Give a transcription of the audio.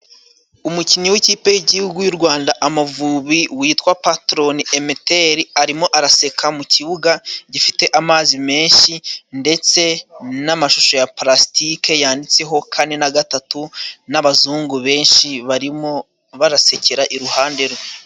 Umukinnyi w'ikipe y'igihugu y'u Rwanda Amavubi witwa Patoroni Emeteri arimo araseka mu kibuga gifite amazi menshi ,ndetse n'amashusho ya palasitike yanditseho kane na gatatu n'abazungu benshi barimo barasekera iruhande rwe.